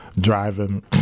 driving